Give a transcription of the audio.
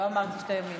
לא אמרתי שאתה ימינה.